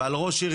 ועל ראש עיר,